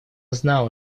знала